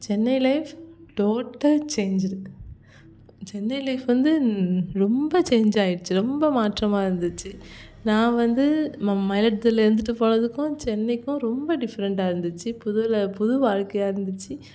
Chennai life total change இருக்குது Chennai life வந்து ரொம்ப சேஞ்ச் ஆயிருச்சு ரொம்ப மாற்றமாக இருந்துச்சு நான் வந்து ம மயிலாடுதுறையில் இருந்துட்டு போனதுக்கும் சென்னைக்கும் ரொம்ப டிஃப்ரெண்ட்டாக இருந்துச்சு புது ல புது வாழ்க்கையாக இருந்துச்சு